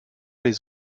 les